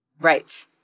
Right